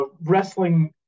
wrestling